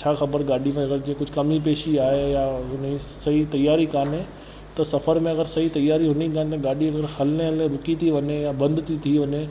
छा ख़बर गाॾी सां गॾ जे कुझु कमी पेशी आहे यां उन ई सही तयारी काने त सफ़र में अगरि सही तयारी हूंदी न गाॾी अगरि हलंदे हलंदे रुकी थी वञे यां बंदि थी थी वञे